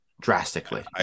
drastically